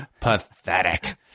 Pathetic